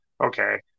okay